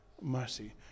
mercy